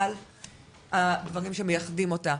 על הדברים שמייחדים אותה.